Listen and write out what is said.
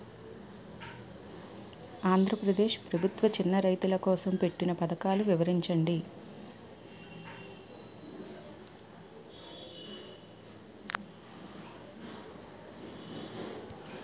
ఆంధ్రప్రదేశ్ ప్రభుత్వ చిన్నా రైతుల కోసం పెట్టిన పథకాలు వివరించండి?